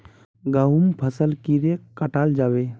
गहुम फसल कीड़े कटाल जाबे?